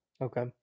Okay